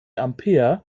ampere